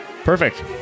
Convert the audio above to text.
Perfect